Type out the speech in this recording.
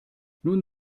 nun